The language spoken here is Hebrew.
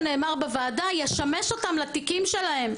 שנאמר בוועדה ישמש אותם לתיקים שלהם.